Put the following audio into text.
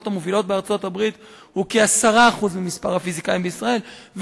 המובילות בארצות-הברית הוא כ-10% ממספר הפיזיקאים בישראל,